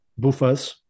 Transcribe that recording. Bufas